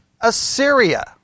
Assyria